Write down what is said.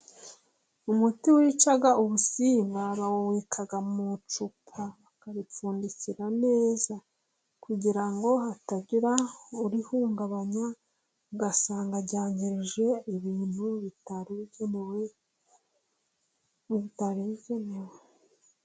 Umuti wica ubusiba bawuwika mw'icupa, bakaripfundikira neza kugira ngo hatagira urihungabanya, ugasanga ryangirije ibintu bitari bigenewe, bitari bigenewe.